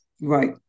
right